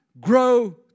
grow